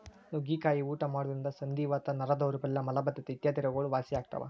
ನುಗ್ಗಿಕಾಯಿ ಊಟ ಮಾಡೋದ್ರಿಂದ ಸಂಧಿವಾತ, ನರ ದೌರ್ಬಲ್ಯ ಮಲಬದ್ದತೆ ಇತ್ಯಾದಿ ರೋಗಗಳು ವಾಸಿಯಾಗ್ತಾವ